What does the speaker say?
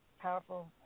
Powerful